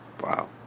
Wow